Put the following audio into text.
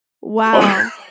Wow